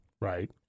Right